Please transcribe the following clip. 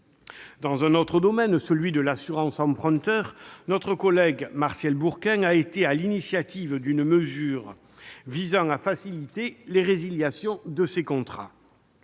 Dans un autre domaine, celui de l'assurance emprunteur, notre collègue Martial Bourquin a été à l'initiative d'une mesure visant à faciliter les résiliations de contrat.